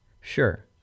sure